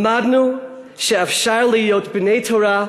למדנו שאפשר להיות בני תורה,